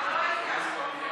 ההצעה להעביר את הצעת חוק מתן